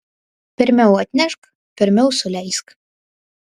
pirmiau atnešk pirmiau suleisk